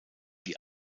die